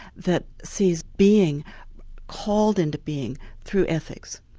that says being hauled into being through ethics.